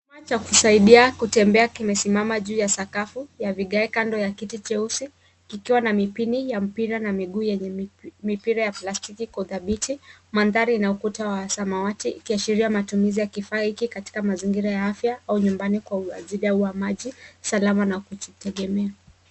Chuma cha kusaidia kutembea kimesimama juu ya sakafu ya vigae kando ya kiti cheusi kikiwa na mipini ya mpira na miguu yenye mipira ya plastiki kudhabiti, mandhari na ukuta wa samawati, iki ashiria matumizi ya kifaa hiki katika mazingira ya afya au nyumbani kwa uazida uwa maji. Salama na kujitegemea.